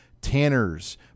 Tanner's